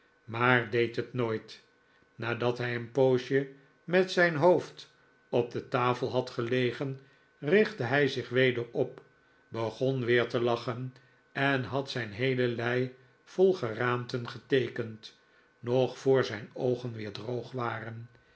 maar deed het nooit nadat hij een poosje met zijn hoofd op de tafel had gelegen richtte hij zich weer op begon weer te lachen en had zijn heele lei vol geraamten geteekend nog voor zijn oogen weer droog waren